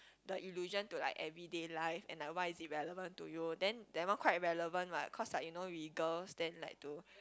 the illusion to like everyday life and like why is it relevant to you then that one quite relevant what cause like you know vehicles then like to